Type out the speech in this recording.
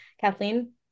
Kathleen